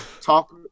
talk